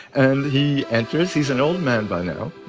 and he enters. he's an old man by now,